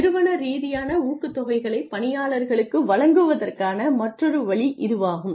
நிறுவன ரீதியான ஊக்கத்தொகைகளை பணியாளர்களுக்கு வழங்குவதற்கான மற்றொரு வழி இதுவாகும்